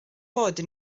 bod